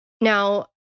Now